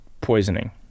poisoning